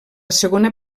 segona